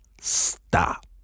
stop